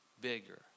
bigger